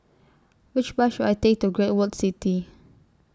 Which Bus should I Take to Great World City